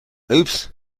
oops